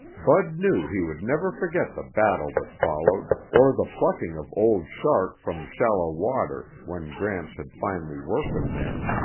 bud knew he would never forget the battle that followed or the plucking of old shark from shallow water when gramps had finally worked him there.